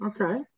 okay